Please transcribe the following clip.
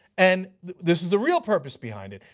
and this is the real purpose behind it.